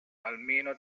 almeno